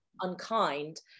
unkind